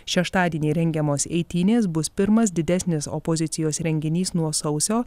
šeštadienį rengiamos eitynės bus pirmas didesnis opozicijos renginys nuo sausio